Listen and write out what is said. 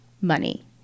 money